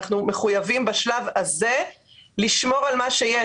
אנחנו מחויבים בשלב הזה לשמור על מה שיש.